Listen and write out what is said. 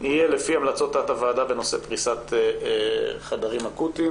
יהיה לפי המלצות תת הוועדה בנושא פריסת חדרים אקוטיים,